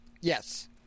Yes